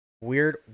weird